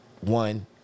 one